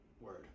Word